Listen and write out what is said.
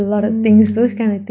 mm